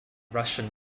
russian